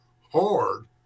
hard